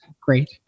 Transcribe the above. great